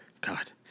God